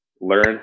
learn